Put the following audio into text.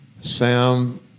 Sam